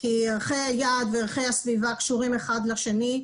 כי ערכי היעד וערכי הסביבה קשורים אחד בשני.